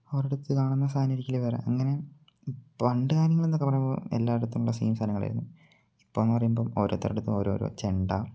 ഒരിടത്ത് കാണുന്ന സാധനമായിരിക്കില്ല വേറെ അങ്ങനെ പണ്ട് എല്ലായിടത്തും ഉള്ളത് സെയിം സാധനങ്ങളായിരുന്നു ഇപ്പോളെന്ന് പറയുമ്പം ഓരോരുത്തരുടെ ഇടത്തും ഓരോ ഓരോ ചെണ്ട